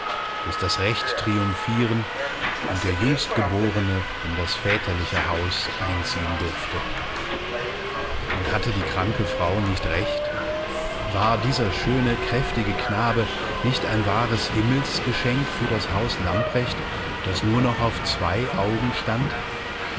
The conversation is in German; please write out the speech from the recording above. bis das recht triumphieren und der jüngstgeborene in das väterliche haus einziehen durfte und hatte die kranke frau nicht recht war dieser schöne kräftige knabe nicht ein wahres himmelsgeschenk für das haus lamprecht das nur noch auf zwei augen stand